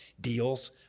deals